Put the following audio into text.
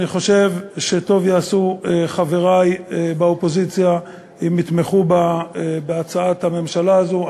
אני חושב שטוב יעשו חברי באופוזיציה אם יתמכו בהצעת הממשלה הזאת.